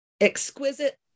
exquisite